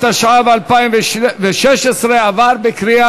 התשע"ו 2016, נתקבל.